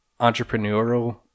Entrepreneurial